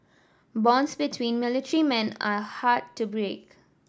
bonds between military men are hard to break